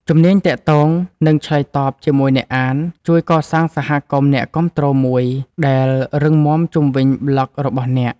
ជំនាញទាក់ទង និងឆ្លើយតបជាមួយអ្នកអាន ជួយកសាងសហគមន៍អ្នកគាំទ្រមួយដែលរឹងមាំជុំវិញប្លក់របស់អ្នក។